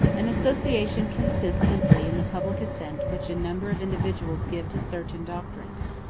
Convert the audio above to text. an association consists simply in the public assent which a number of individuals give to certain doctrines,